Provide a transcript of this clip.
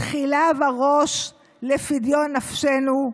תחילה וראש לפדיון נפשנו.